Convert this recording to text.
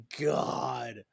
God